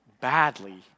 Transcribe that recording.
badly